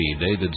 David